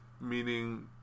Meaning